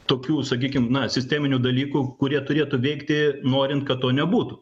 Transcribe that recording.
tokių sakykim na sisteminių dalykų kurie turėtų veikti norint kad to nebūtų